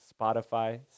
Spotify